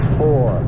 four